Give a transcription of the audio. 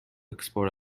export